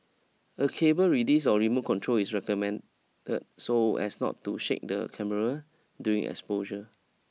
a cable release or remote control is recommended so as not to shake the camera during exposure